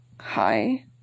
hi